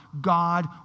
God